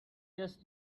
just